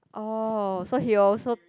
oh so he will also